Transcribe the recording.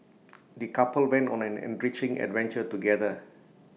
the couple went on an enriching adventure together